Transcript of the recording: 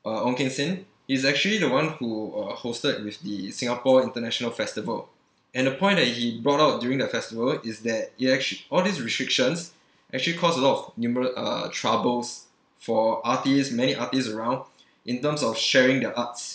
uh ong keng sen he's actually the one who uh hosted with the singapore international festival and the point that he brought out during the festival is that it actu~ all these restrictions actually cost a lot of nume~ uh troubles for artists many artists around in terms of sharing their arts